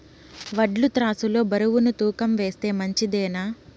వడ్లు త్రాసు లో బరువును తూకం వేస్తే మంచిదేనా?